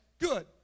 good